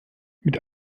mit